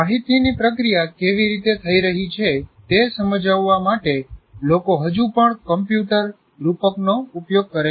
માહિતીની પ્રક્રિયા કેવી રીતે થઈ રહી છે તે સમજાવવા માટે લોકો હજુ પણ કમ્પ્યુટર રૂપકનો ઉપયોગ કરે છે